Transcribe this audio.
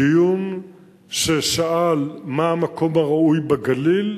דיון ששאל מה המקום הראוי בגליל,